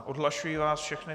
Odhlašuji vás všechny.